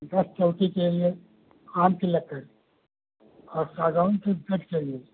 दस चौकी के लिए आम की लकड़ी और सागौन की बेड चाहिए